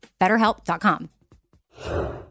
BetterHelp.com